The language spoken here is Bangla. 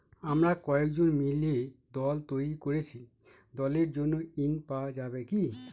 আমরা কয়েকজন মিলে দল তৈরি করেছি দলের জন্য ঋণ পাওয়া যাবে কি?